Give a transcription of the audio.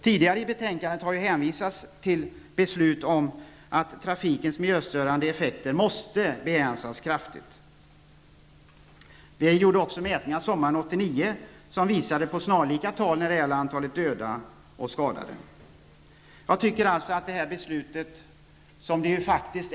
Tidigare i betänkandet har hänvisats till beslut om att trafikens miljöstörande effekter måste begränsas kraftigt. Mätningar sommaren 1989 visade på snarlika tal när det gäller antalet döda och skadade.